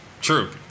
True